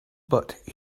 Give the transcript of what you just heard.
but